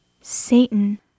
Satan